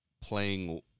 playing